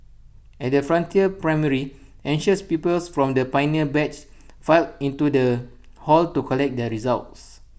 at the frontier primary anxious pupils from the pioneer batch filed into the hall to collect their results